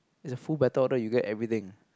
it's a full battle order you get everything